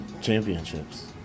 championships